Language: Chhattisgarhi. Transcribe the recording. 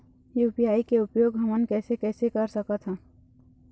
यू.पी.आई के उपयोग हमन कैसे कैसे कर सकत हन?